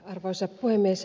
arvoisa puhemies